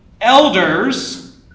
elders